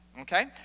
Okay